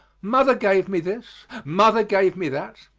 mother gave me this, mother gave me that,